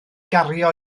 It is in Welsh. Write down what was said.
gario